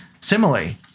Similarly